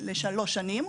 הוא לשלוש שנים,